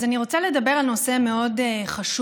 אני רוצה לדבר על נושא מאוד חשוב,